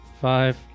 Five